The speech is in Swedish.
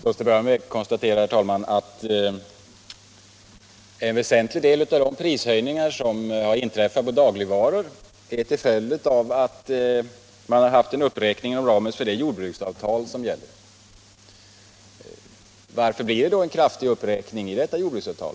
Herr talman! Låt mig till att börja med konstatera att en väsentlig del av prishöjningarna på dagligvaror är en följd av att man gjort en uppräkning inom ramen för det jordbruksavtal som gäller. Varför blev det då en kraftig uppräkning i detta jordbruksavtal?